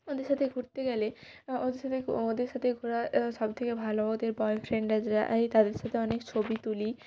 ওদের সাথে ঘুরতে গেলে ওদের সাথে ওদের সাথে ঘোরার সব থেকে ভালো ওদের বয়ফ্রেন্ডরা যায় তাদের সাথে অনেক ছবি তুলি